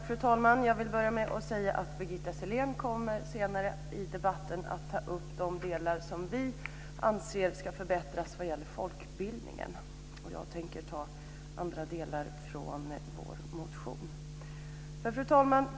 Fru talman! Jag vill börja med att säga att Birgitta Sellén kommer att senare i debatten ta upp de delar som vi anser bör förbättras vad gäller folkbildningen. Jag tänker ta upp andra delar i vår motion. Fru talman!